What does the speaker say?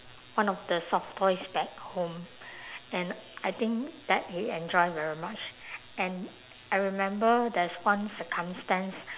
one of the soft toys back home and I think that he enjoy very much and I remember there's one circumstance